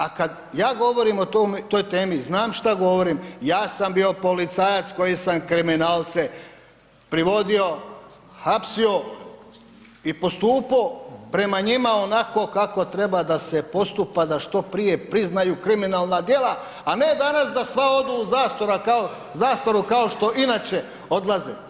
A kad ja govorim o toj temi, znam šta govorim, ja sam bio policajac koji sam kriminalce privodio, hapsio i postupao prema njima onako kako treba da se postupa, da što prije priznaju kriminalna djela a ne danas da sva odu u zastaru kao što inače odlaze.